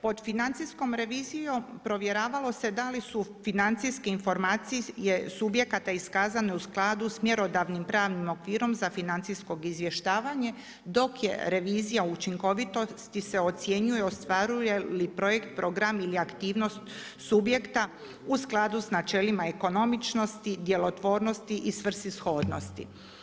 Pod financijskom revizijom provjeravalo se da li su financijske informacije subjekata iskazane u skladu s mjerodavnim pravnim okvirom za financijsko izvještavanje, dok je revizija učinkovitosti se ocjenjuje ostvaruje li projekt program ili aktivnost subjekta u skladu s načelima ekonomičnosti, djelotvornosti i svrsishodnosti.